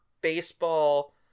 Baseball